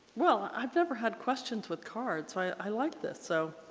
well i've never had questions with cards so i like this so